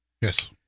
Yes